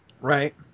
Right